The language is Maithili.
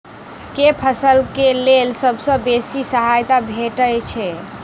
केँ फसल केँ लेल सबसँ बेसी सहायता भेटय छै?